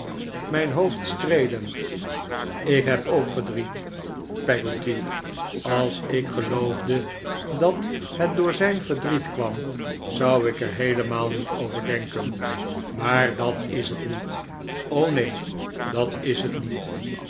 mijn hoofd streelend ik heb ook verdriet peggotty als ik geloofde dat het door zijn verdriet kwam zou ik er heelemaal niet over denken maar dat is het niet o neen dat is het niet